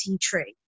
tree